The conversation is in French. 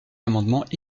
amendements